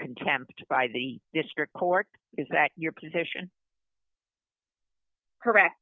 contempt by the district court is that your position correct